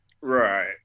Right